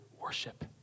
worship